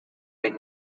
been